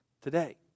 today